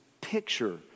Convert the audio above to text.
picture